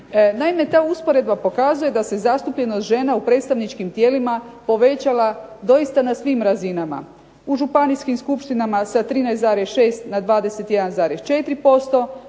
Naime ta usporedba pokazuje da se zastupljenost žena u predstavničkim tijelima povećala doista na svim razinama. U županijskim skupštinama sa 13,6 na 21,4%,